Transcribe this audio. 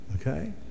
Okay